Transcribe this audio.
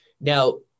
Now